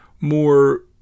more